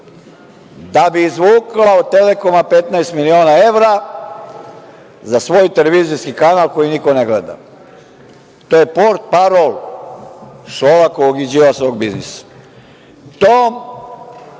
da bi izvukla od „Telekoma“ 15 miliona evra, za svoj televizijski kanal koji niko ne gleda. To je portparol Šolakovog i Đilasovog biznisa.